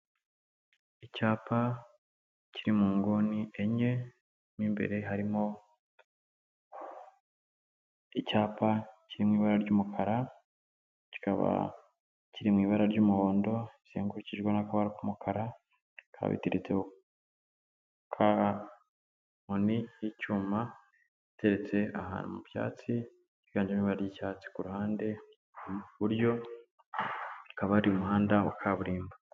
Icyapa kiri mu nguni enye, mo imbere harimo icyapa kiri mu ibara ry'umukara, kikaba kiri mu ibara ry'umuhondo, rizengurukijwe n'akabara k'umukara, bikaba biteretse ku nkoni y'icyuma, itetse ahantu mu byatsi, higanjemo ibara ry'icyatsi, kuruhande iburyo, hakaba hari umuhanda wa kaburimbo.